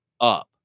up